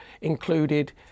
included